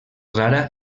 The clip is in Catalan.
rara